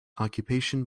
occupation